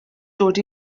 dod